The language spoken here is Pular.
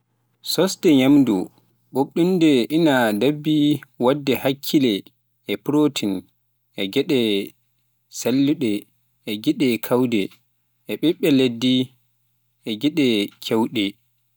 Sosde ñaamdu ɓuuɓndu ina ɗaɓɓi waɗde hakkille e protein, e geɗe celluɗe, e geɗe keewɗe, e ɓiɓɓe leɗɗe e geɗe keewɗe.